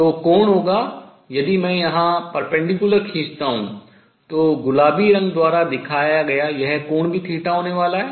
तो कोण होगा यदि मैं यहां लंब खींचता हूँ तो गुलाबी द्वारा दिखाया गया यह कोण भी होने वाला है